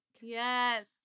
Yes